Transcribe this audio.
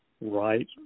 right